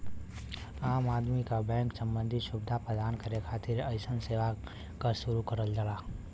आम आदमी क बैंक सम्बन्धी सुविधा प्रदान करे खातिर अइसन सेवा क शुरू करल जाला